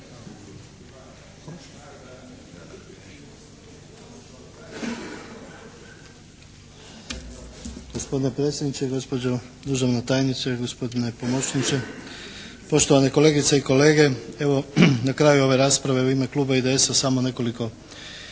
Gospodine predsjedniče, gospođo državna tajnice, gospodine pomoćniče, poštovani kolegice i kolege. Evo na kraju ove rasprave u ime Kluba IDS-a samo nekoliko,